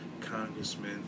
congressmen